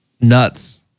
nuts